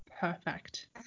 perfect